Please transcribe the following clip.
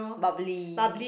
bubbly